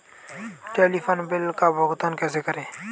Telephone bill का भुगतान कैसे करें?